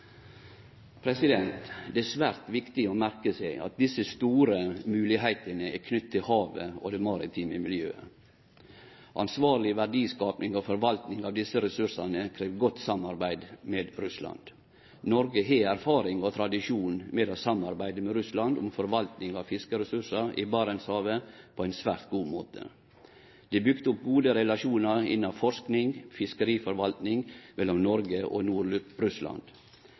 Det er svært viktig å merke seg at desse store moglegheitene er knytte til havet og det maritime miljøet. Ansvarleg verdiskaping og forvaltning av desse ressursane krev godt samarbeid med Russland. Noreg har erfaring med og tradisjon for å samarbeide med Russland om forvaltning av fiskeressursar i Barentshavet på ein svært god måte. Det er bygd opp gode relasjonar innanfor forsking og fiskeriforvaltning mellom Noreg og